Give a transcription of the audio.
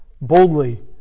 boldly